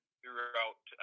throughout